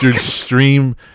stream